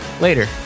later